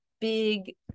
big